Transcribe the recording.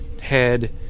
head